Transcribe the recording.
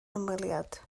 hymweliad